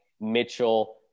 Mitchell